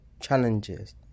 challenges